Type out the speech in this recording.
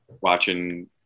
watching